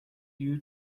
you